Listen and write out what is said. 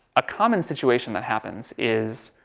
a common situation that happens is,